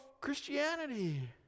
Christianity